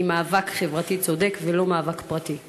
היא מאבק חברתי צודק, ולא מאבק פרטי?